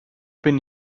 bin